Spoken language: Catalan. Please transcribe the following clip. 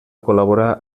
col·laborà